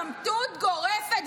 הארכיון זוכר הכול,